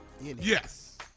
Yes